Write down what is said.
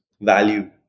value